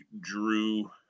Drew